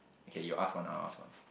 okay you ask one I ask one